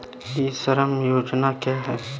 ई श्रम योजना क्या है?